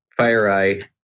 FireEye